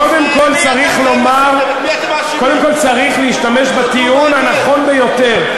קודם כול צריך להשתמש בטיעון הנכון ביותר,